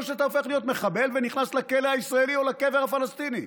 או שאתה הופך להיות מחבל ונכנס לכלא הישראלי או לקבר הפלסטיני.